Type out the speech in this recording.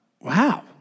Wow